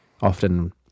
Often